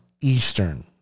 Eastern